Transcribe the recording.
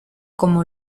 como